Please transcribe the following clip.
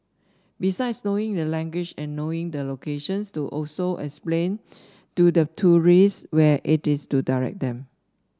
besides knowing the language and knowing the locations to also explain to the tourists where it is to direct them